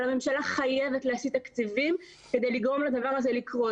הממשלה חייבת להסיט תקציבים כדי לגרום לדבר הזה לקרות.